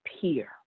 peer